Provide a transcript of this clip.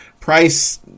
Price